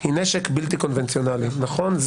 היא נשק בלתי-קונבנציונלי, נכון?